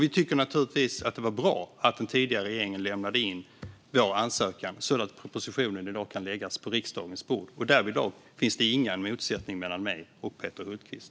Vi tycker naturligtvis att det är bra att den tidigare regeringen lämnade in vår ansökan så att propositionen nu har kunnat läggas på riksdagens bord. Därvidlag finns det ingen motsättning mellan mig och Peter Hultqvist.